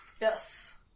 Yes